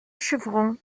chevrons